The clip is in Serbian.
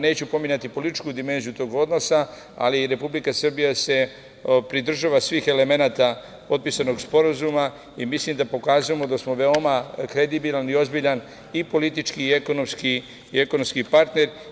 Neću pominjati političku dimenziju tog odnosa, ali Republika Srbija se pridržava svih elemenata potpisanog sporazuma i mislim da pokazujemo da smo veoma kredibilan, i ozbiljan, i politički, i ekonomski partner.